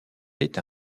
est